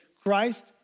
Christ